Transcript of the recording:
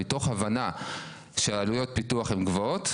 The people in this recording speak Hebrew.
מתוך הבנה שהעלויות פיתוח הן גבוהות,